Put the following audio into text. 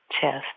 chest